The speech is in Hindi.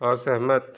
असहमत